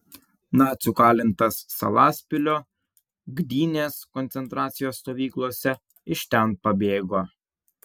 nacių kalintas salaspilio gdynės koncentracijos stovyklose iš ten pabėgo